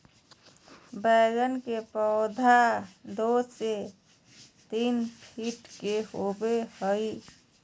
बैगन के पौधा दो से तीन फीट के होबे हइ